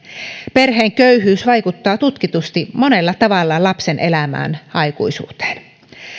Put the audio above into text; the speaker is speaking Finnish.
perheen köyhyys vaikuttaa tutkitusti monella tavalla lapsen elämään aikuisuuteen